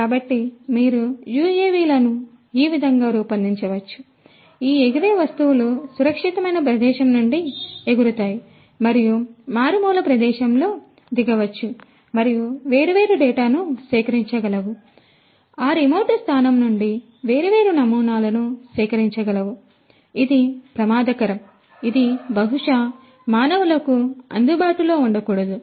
కాబట్టి మీరు యుఎవిలను ఈ విధంగా రూపొందించవచ్చు ఈ ఎగిరే వస్తువులు సురక్షితమైన ప్రదేశం నుండి ఎగురుతాయి మరియు మారుమూల ప్రదేశంలో దిగవచ్చు మరియు వేర్వేరు డేటాను సేకరించగలవు ఆ రిమోట్ స్థానం నుండి వేర్వేరు నమూనాలను సేకరించగలవు ఇది ప్రమాదకరం ఇది బహుశా మానవులకు అందుబాటులో ఉండకూడదు